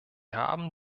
haben